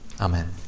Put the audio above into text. Amen